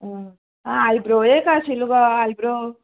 आं आं आयब्रो एक आशिल्लो गो आयब्रो